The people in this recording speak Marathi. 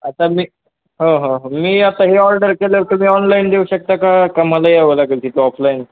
आता मी हो हो मी आता हे ऑर्डर केल्यावर तुम्ही ऑनलाईन देऊ शकता का मला यावं लागेल तिथं ऑफलाईन